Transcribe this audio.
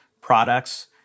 products